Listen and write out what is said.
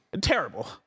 terrible